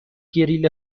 گریل